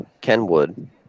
Kenwood